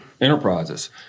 enterprises